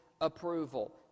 approval